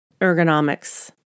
ergonomics